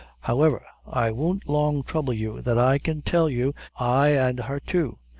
however, i won't long trouble you, that i can tell you ay, an' her too.